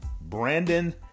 Brandon